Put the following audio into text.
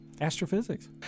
astrophysics